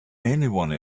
anyone